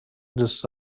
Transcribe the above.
دوست